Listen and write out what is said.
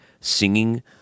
singing